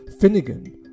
finnegan